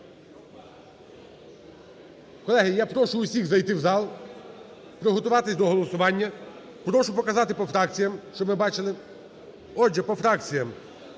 Колеги, я прошу всіх зайти в зал, приготуватися до голосування. Прошу показати по фракціям, щоб ми бачили. Отже, по фракціям.